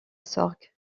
sorgue